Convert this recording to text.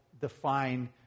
define